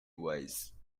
wise